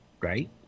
right